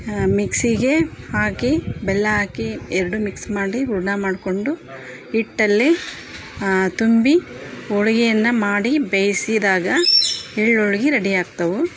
ಮಿಕ್ಸಿಗೆ ಹಾಕಿ ಬೆಲ್ಲ ಆಕಿ ಎರಡು ಮಿಕ್ಸ್ ಮಾಡಿ ಹೂರ್ಣ ಮಾಡ್ಕೊಂಡು ಹಿಟ್ಟಲ್ಲಿ ತುಂಬಿ ಹೋಳಿಗೆಯನ್ನ ಮಾಡಿ ಬೇಯಿಸಿದಾಗ ಎಳ್ಳು ಹೋಳಿಗಿ ರೆಡಿ ಆಗ್ತವು